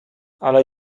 ale